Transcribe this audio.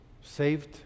Saved